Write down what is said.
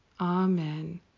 amen